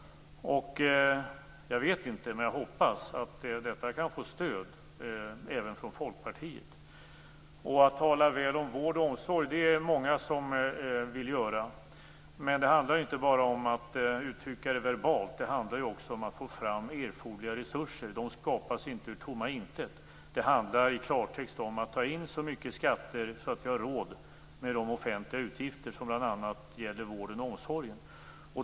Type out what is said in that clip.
Jag vet inte, men jag hoppas att detta kan få stöd även från Folkpartiet. Att tala väl om vård och omsorg är det många som vill göra. Men det handlar inte bara om att uttrycka det verbalt. Det handlar också om att få fram erforderliga resurser. De skapas inte ur tomma intet. Det handlar i klartext om att ta in så mycket skatter att vi har råd med de offentliga utgifter som bl.a. vården och omsorgen orsakar.